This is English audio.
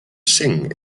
sing